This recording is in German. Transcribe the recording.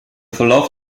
verlauf